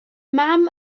mam